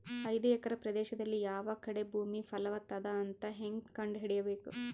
ಐದು ಎಕರೆ ಪ್ರದೇಶದಲ್ಲಿ ಯಾವ ಕಡೆ ಭೂಮಿ ಫಲವತ ಅದ ಅಂತ ಹೇಂಗ ಕಂಡ ಹಿಡಿಯಬೇಕು?